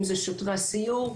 אם זה שוטרי הסיור,